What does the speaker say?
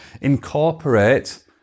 incorporate